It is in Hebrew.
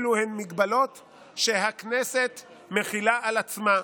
הן מגבלות שהכנסת מחילה על עצמה,